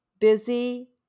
busy